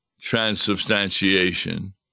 transubstantiation